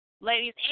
Ladies